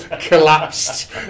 collapsed